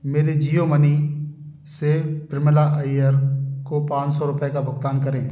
मेरे जियो मनी से प्रमिला अय्यर को पाँच सौ रुपये का भुगतान करें